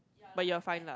but you are fine